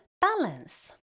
balance